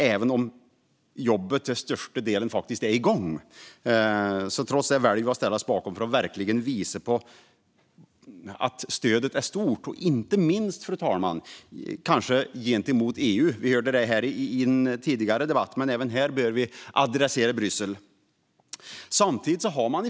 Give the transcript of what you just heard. Även om jobbet till största delen är igång väljer vi att ställa oss bakom dessa motioner för att verkligen visa att stödet är stort - inte minst, fru talman, gentemot EU. Det sades i en tidigare debatt, men även när det gäller detta bör Bryssel adresseras.